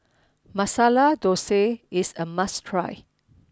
Masala Dosa is a must try